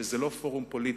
היא שזה לא פורום פוליטי,